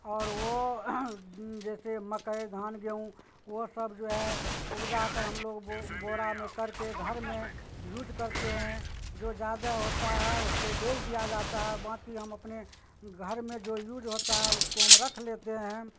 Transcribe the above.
اور وہ جیسے مکئی دھان گیہوں وہ سب جو ہے اپجا کر ہم لوگ بورا میں کر کے گھر میں یوج کرتے ہیں جو زیادہ ہوتا ہے اس کو بیچ دیا جاتا ہے باقی ہم اپنے گھر میں جو یوج ہوتا ہے اس کو ہم رکھ لیتے ہیں